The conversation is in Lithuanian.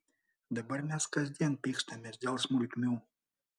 dabar mes kasdien pykstamės dėl smulkmių